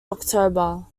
october